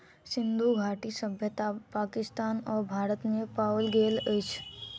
सिंधु घाटी सभ्यता पाकिस्तान आ भारत में पाओल गेल अछि